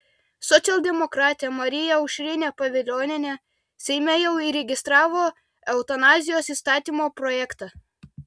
socialdemokratė marija aušrinė pavilionienė seime jau įregistravo eutanazijos įstatymo projektą